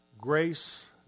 Grace